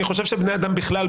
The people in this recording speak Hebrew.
אני חושב שבני-אדם בכלל,